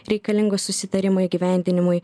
reikalingus susitarimų įgyvendinimui